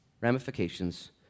ramifications